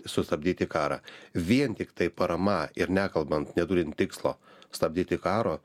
sustabdyti karą vien tiktai parama ir nekalbant neturint tikslo stabdyti karo